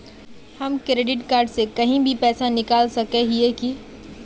हम credit card से कहीं भी पैसा निकल सके हिये की?